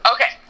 Okay